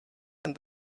and